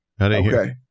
Okay